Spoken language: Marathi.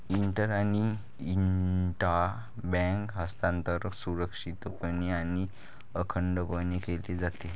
इंटर आणि इंट्रा बँक हस्तांतरण सुरक्षितपणे आणि अखंडपणे केले जाते